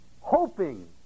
hoping